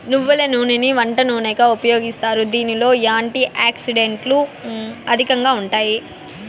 నువ్వుల నూనెని వంట నూనెగా ఉపయోగిస్తారు, దీనిలో యాంటీ ఆక్సిడెంట్లు అధికంగా ఉంటాయి